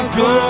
go